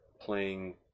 playing